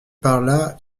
parla